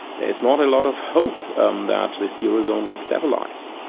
there's not a lot of hope um that this eurozone will stabilise.